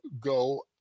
go